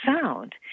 sound